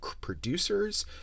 producers